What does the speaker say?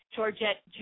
Georgette